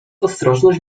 ostrożność